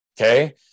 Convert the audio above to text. Okay